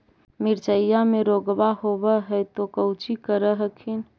मिर्चया मे रोग्बा होब है तो कौची कर हखिन?